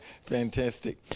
fantastic